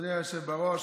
אדוני היושב בראש,